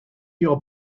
your